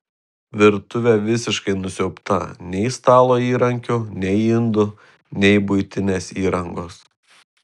virtuvė visiškai nusiaubta nei stalo įrankių nei indų nei buitinės įrangos